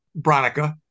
Bronica